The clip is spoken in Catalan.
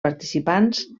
participants